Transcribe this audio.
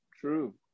True